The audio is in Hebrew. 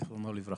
זכרונו לברכה.